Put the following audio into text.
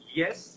yes